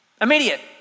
immediate